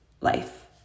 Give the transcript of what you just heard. life